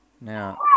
now